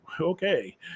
okay